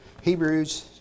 Hebrews